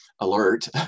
alert